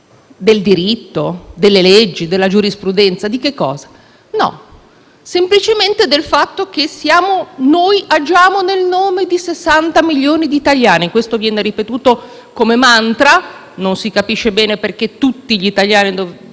Del diritto? Delle leggi? Della giurisprudenza? Di che cosa? No. Semplicemente del fatto che loro - dicono - agiscono nel nome di 60 milioni di italiani; questo viene ripetuto come un *mantra* (non si capisce bene perché tutti gli italiani